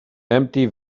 empty